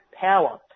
power